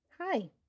Hi